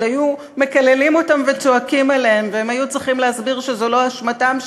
עוד היו מקללים אותם וצועקים עליהם והם היו צריכים להסביר שזו לא אשמתם,